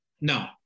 no